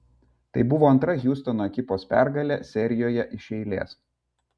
tai buvo antra hjustono ekipos pergalė serijoje iš eilės